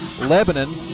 Lebanon